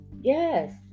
Yes